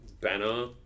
banner